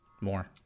more